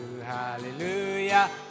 hallelujah